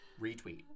Retweet